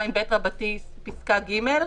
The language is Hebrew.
32ב(ג).